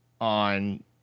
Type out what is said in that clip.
on